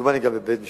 כמדומני גם בבית-משפט,